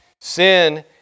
Sin